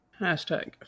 hashtag